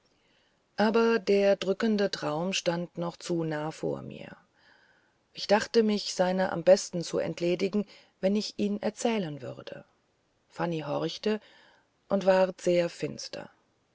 aber der drückende traum stand noch zu nahe vor mir ich dachte mich seiner am besten zu entledigen wenn ich ihn erzählen würde fanny horchte und ward sehr finster